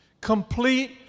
complete